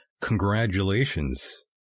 congratulations